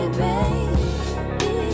baby